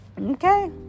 Okay